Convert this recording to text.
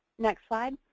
next slide.